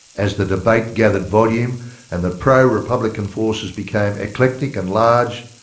as the debate gathered volume and the pro-republican forces became eclectic and large,